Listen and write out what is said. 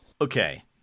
Okay